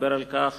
ודיבר על כך